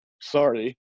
sorry